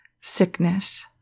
Sickness